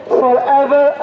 forever